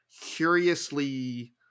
curiously